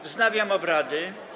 Wznawiam obrady.